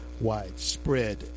widespread